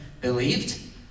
believed